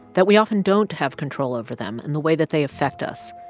that we often don't have control over them in the way that they affect us,